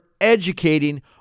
educating